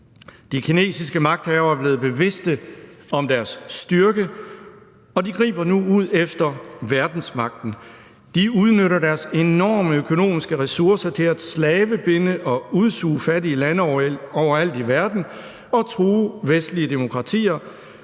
De kinesiske magthavere er blevet bevidst om deres styrke, og de griber nu ud efter verdensmagten. De udnytter deres enorme økonomiske ressourcer til at slavebinde og udsuge fattige lande overalt i verden og true vestlige demokratier,